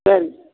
சரிங்க